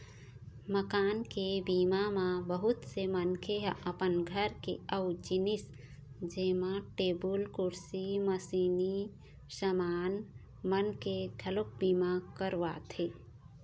मकान के बीमा म बहुत से मनखे ह अपन घर के अउ जिनिस जेमा टेबुल, कुरसी, मसीनी समान मन के घलोक बीमा करवाथे